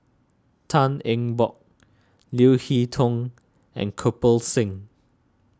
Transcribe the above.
Tan Eng Bock Leo Hee Tong and Kirpal Singh